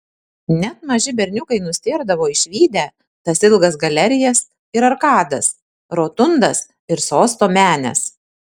net maži berniukai nustėrdavo išvydę tas ilgas galerijas ir arkadas rotundas ir sosto menes